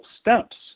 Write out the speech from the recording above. steps